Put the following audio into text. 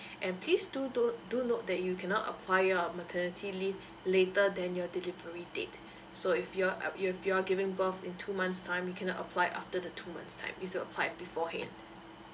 and please do don't do note that you cannot apply your maternity leave later than your delivery date so if you're uh if you're giving birth in two months time you cannot apply after the two months time you need to applied beforehand